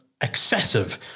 excessive